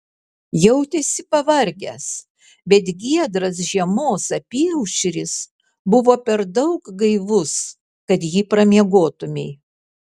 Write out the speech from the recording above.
jautėsi pavargęs bet giedras žiemos apyaušris buvo per daug gaivus kad jį pramiegotumei